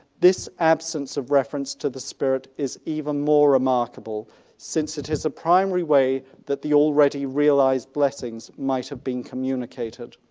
this absence of reference to the spirit is even more remarkable since it is a primary way that the already realised blessings might have been communicated.